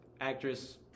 actress